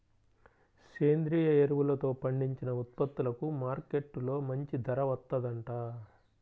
సేంద్రియ ఎరువులతో పండించిన ఉత్పత్తులకు మార్కెట్టులో మంచి ధర వత్తందంట